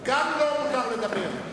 גם לו מותר לדבר.